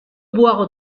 boire